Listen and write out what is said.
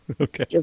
Okay